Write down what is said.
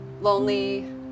lonely